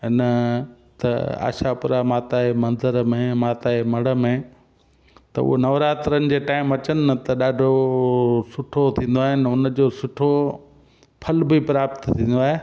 इन त आशापुरा माता जे मंदर में माता जे मढ़ में त उहा नवरात्रनि जे टाइम अचनि न त ॾाढो सुठो थींदो आहे इन उन जो सुठो फल बि प्राप्त थींदो आहे